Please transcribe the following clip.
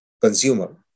consumer